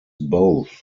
both